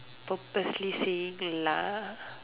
purposely saying lah